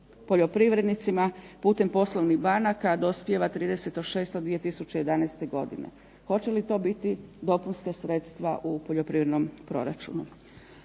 poljoprivrednicima putem poslovnih banaka dospijeva 30.6.2011. godine. Hoće li to biti dopunska sredstva u poljoprivrednom proračunu.